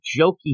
jokey